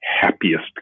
happiest